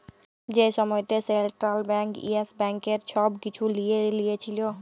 যে সময়তে central bank Yes ব্যাংকের ছব কিছু লিঁয়ে লিয়েছিল